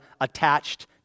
attached